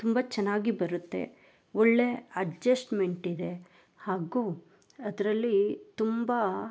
ತುಂಬ ಚೆನ್ನಾಗಿ ಬರುತ್ತೆ ಒಳ್ಳೆಯ ಅಡ್ಜಸ್ಟ್ಮೆಂಟ್ ಇದೆ ಹಾಗೂ ಅದರಲ್ಲಿ ತುಂಬ